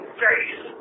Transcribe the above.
face